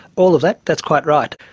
all of that, that's quite right.